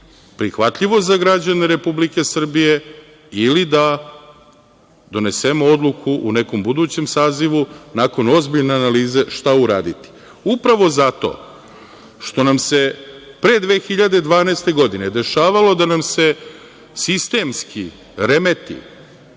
prihvatljivo za građane Republike Srbije ili da donesemo odluku u nekom budućem sazivu, nakon ozbiljne analize, šta uraditi. Upravo zato što nam se pre 2012. godine dešavalo da nam se sistemski remeti